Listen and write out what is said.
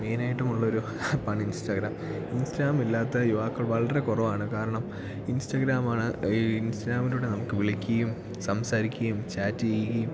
മെയിനായിട്ടുമുള്ളൊരു ആപ്പാണ് Instagram Instagram ഇല്ലാത്ത യുവാക്കൾ വളരെ കുറവാണ് കാരണം ഇൻസ്റ്റാഗ്രാമാണ് ഈ ഇൻസ്റ്റാഗ്രാമിലൂടെ നമുക്ക് വിളിക്കുകയും സംസാരിക്കുകയും ചാറ്റ് ചെയ്യുകയും